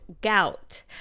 gout